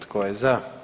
Tko je za?